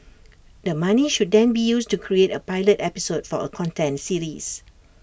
the money should then be used to create A pilot episode for A content series